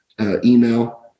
email